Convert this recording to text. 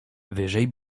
wyżej